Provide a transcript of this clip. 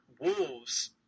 Wolves